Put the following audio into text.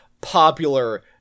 popular